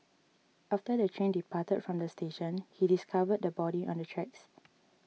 after the train departed from the station he discovered the body on the tracks